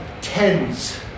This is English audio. tens